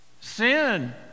Sin